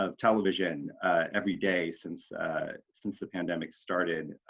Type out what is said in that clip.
ah television every day since since the pandemics started,